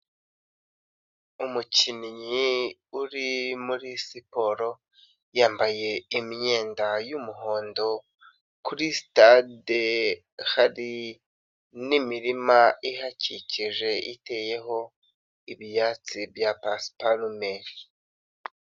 Umukinnyi uri muri siporo yambaye imyenda y'umuhondo, kuri Sitade hari n'imirima ihakikije iteyeho ibiyatsi bya pasiparume.